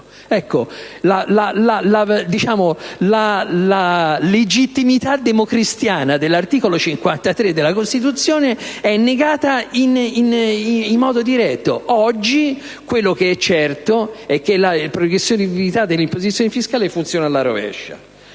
Ecco, la legittimità democristiana dell'articolo 53 della Costituzione è negata in modo diretto. Oggi quel che è certo è che la progressività dell'imposizione fiscale funziona al rovescio.